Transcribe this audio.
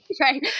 Right